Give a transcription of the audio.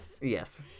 Yes